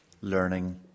learning